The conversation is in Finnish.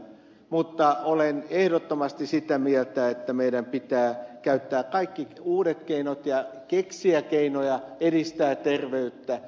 mutta olen ehdottomasti sitä mieltä että meidän pitää käyttää kaikki uudet keinot ja keksiä keinoja edistää terveyttä